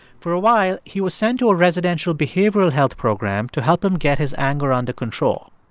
for a while, he was sent to a residential behavioral health program to help him get his anger under control.